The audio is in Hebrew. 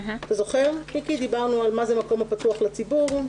אתה זוכר, מיקי, דיברנו על זה מקום הפתוח לציבור.